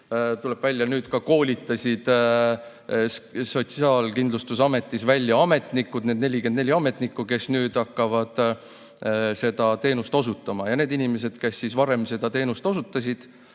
nüüd välja tuleb, ka koolitasid Sotsiaalkindlustusametis välja ametnikud, need 44 ametnikku, kes nüüd hakkavad seda teenust osutama. Need inimesed, kes varem seda teenust osutasid,